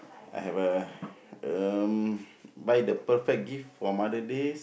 I have a um buy the perfect gift for Mother Days